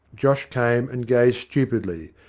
josh came and gazed stupidly,